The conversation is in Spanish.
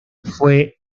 fue